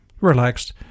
relaxed